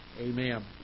Amen